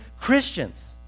Christians